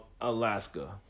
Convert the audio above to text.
Alaska